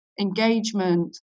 engagement